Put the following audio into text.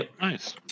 Nice